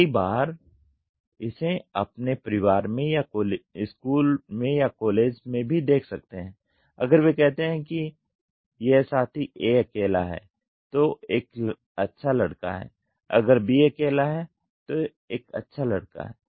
कई बार आप इसे अपने परिवार में या स्कूल में या कॉलेज में भी देख सकते हैं अगर वे कहते हैं कि यह साथी A अकेला है तो एक अच्छा लड़का है अगर B अकेला है तो वह एक अच्छा लड़का है